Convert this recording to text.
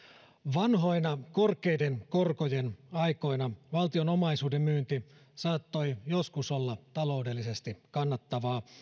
vanhoina korkeiden korkojen aikoina valtion omaisuuden myynti saattoi joskus olla taloudellisesti kannattavaa